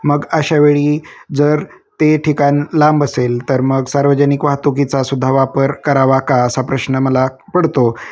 मग अशावेळी जर ते ठिकाण लांब असेल तर मग सार्वजनिक वाहतुकीचा सुुद्धा वापर करावा का असा प्रश्न मला पडतो